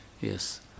yes